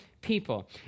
people